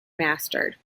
mastered